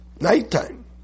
nighttime